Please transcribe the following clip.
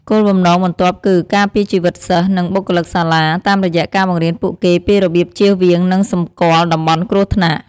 គោលបំណងបន្ទាប់គឺ ការពារជីវិតសិស្ស និងបុគ្គលិកសាលា តាមរយៈការបង្រៀនពួកគេពីរបៀបចៀសវាង និងសម្គាល់តំបន់គ្រោះថ្នាក់។